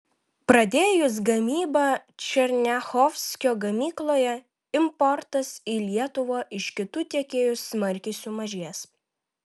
pradėjus gamybą černiachovskio gamykloje importas į lietuvą iš kitų tiekėjų smarkiai sumažės